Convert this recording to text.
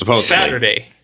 saturday